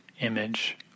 image